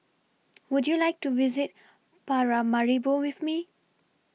Would YOU like to visit Paramaribo with Me